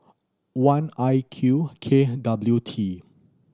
one I Q K W T